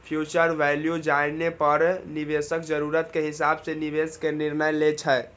future value जानै पर निवेशक जरूरत के हिसाब सं निवेश के निर्णय लै छै